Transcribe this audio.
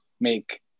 make